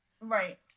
Right